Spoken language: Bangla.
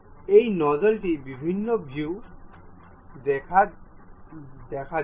এই নজলটির বিভিন্ন ভিউ দেখা যাক